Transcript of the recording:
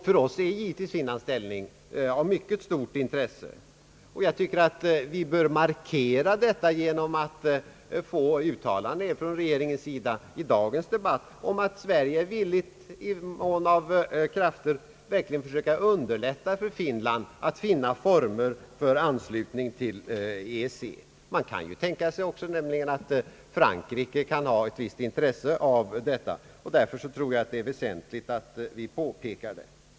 För oss är Finlands ställning givetvis av mycket stort intresse, och vi bör markera detta genom att få ett uttalande från regeringens sida i dagens debatt att Sverige i mån av inflytande är villigt att verkligen försöka underlätta för Finland att finna former för en anslutning till EEC. Frankrike kan nämligen också tänkas ha ett visst intresse av detta. Därför är det väsentligt med ett påpekande härom.